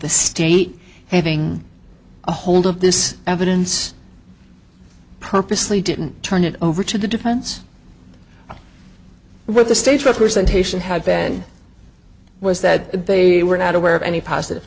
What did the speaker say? the state having ahold of this evidence purposely didn't turn it over to the defense what the state representation had been was that they were not aware of any positive